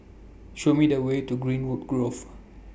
Show Me The Way to Greenwood Grove